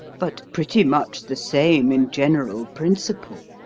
but pretty much the same in general principle,